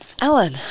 Alan